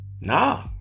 Nah